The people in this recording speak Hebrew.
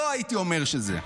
לא הייתי אומר שזה.